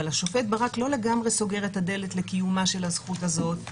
אבל השופט ברק לא לגמרי סוגר את הדלת לקיומה של הזכות הזאת,